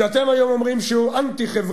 שאתם היום אומרים שהוא אנטי-חברתי,